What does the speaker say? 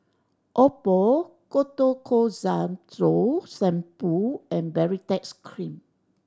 Oppo Ketoconazole Shampoo and Baritex Cream